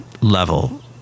level